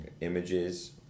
images